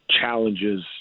challenges